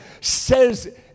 says